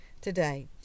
Today